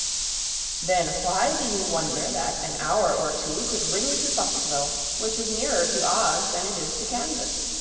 then why do you wonder that an hour or two could bring you to foxville, which is nearer to oz than it is to kansas?